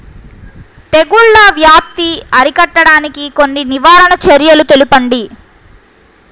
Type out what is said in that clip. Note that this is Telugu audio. తెగుళ్ల వ్యాప్తి అరికట్టడానికి కొన్ని నివారణ చర్యలు తెలుపండి?